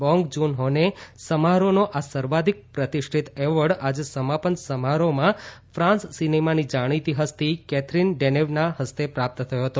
Bong Joon હોને સમારોહનો આ સર્વાધિક પ્રતિષ્ઠિત એવોર્ડ આજે સમાપન સમારોહમાં ફાન્સ સિનેમાની જાણિતિ હસ્તી કૈથરીન ડેનેવના હસ્તે પ્રાપ્ત થયો હતો